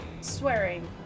swearing